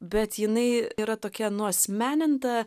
bet jinai yra tokia nuasmeninta